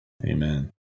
Amen